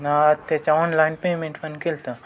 ना त्याच्या online payment पण केलं होतं